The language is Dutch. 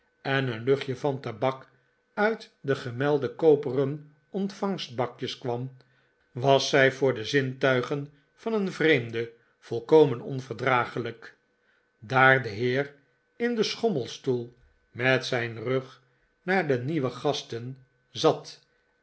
en een lucht je van tabak uit de gemelde koperen ontvangbakjes kwam was zij voor de zintuigen van een vreemde volkomen onverdraaglijk daar de heer in den schommelstoel met zijn rug naar de nieuwe gasten zat